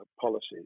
policies